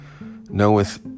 knoweth